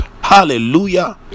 hallelujah